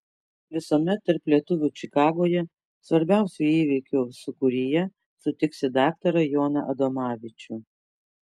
visuomet tarp lietuvių čikagoje svarbiausių įvykių sūkuryje sutiksi daktarą joną adomavičių